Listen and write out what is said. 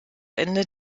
ende